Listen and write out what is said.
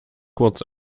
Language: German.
kurz